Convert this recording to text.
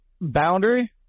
boundary –